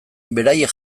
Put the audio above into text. beraiek